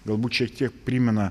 galbūt šiek tiek primena